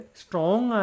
strong